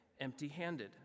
empty-handed